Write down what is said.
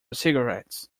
cigarettes